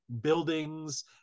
buildings